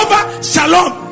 Shalom